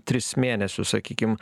tris mėnesius sakykim